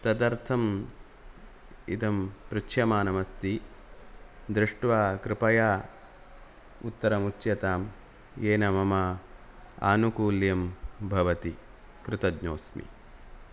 तदर्थम् इदं पृच्छ्यमानमस्ति दृष्ट्वा कृपया उत्तरम् उच्यतां येन मम आनुकूल्यं भवति कृतज्ञोस्मि